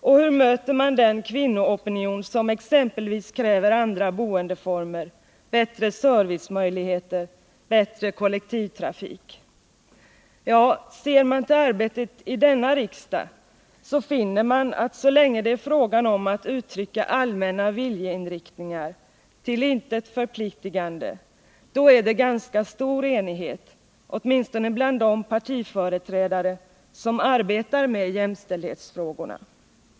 Och hur möter man den kvinnoopinion som exempelvis kräver andra boendeformer, bättre servicemöjligheter, bättre kollektivtrafik? Ja, ser man till arbetet i denna riksdag finner man att så länge det är fråga om att uttrycka allmänna viljeinriktningar — till intet förpliktande — är det ganska stor enighet, åtminstone bland de partiföreträdare som arbetar med jämställdhetsfrågorna.